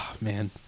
man